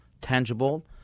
tangible